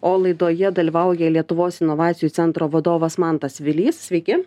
o laidoje dalyvauja lietuvos inovacijų centro vadovas mantas vilys sveiki